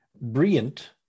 brilliant